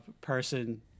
person